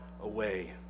away